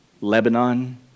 Lebanon